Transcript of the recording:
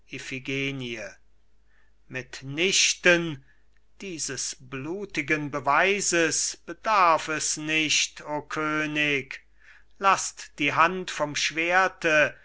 mit nichten dieses blutigen beweises bedarf es nicht o könig laßt die hand vom schwerte